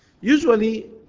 Usually